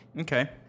Okay